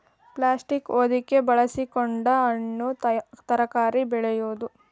plastic ಹೊದಿಕೆ ಬಳಸಕೊಂಡ ಹಣ್ಣು ತರಕಾರಿ ಬೆಳೆಯುದು